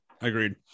Agreed